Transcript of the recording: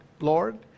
Lord